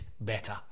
better